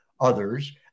others